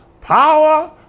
power